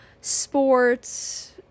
sports